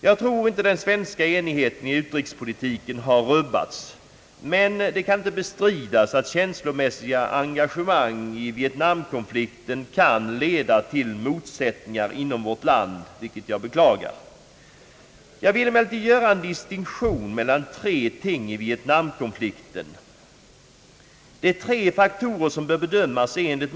Jag tror inte att den svenska enigheten i utrikespolitiken har rubbats, men det kan inte bestridas att känslomässiga engagemang i Vietnam-konflikten kan leda till motsättningar inom vårt land — vilket jag beklagar. Jag vill emellertid göra en distinktion mellan tre ting i Vietnam-konflikten. Det är tre faktorer som enligt min mening bör bedömas.